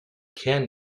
kern